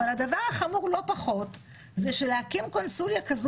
הדבר החמור לא פחות זה שלהקים קונסוליה כזאת